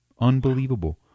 Unbelievable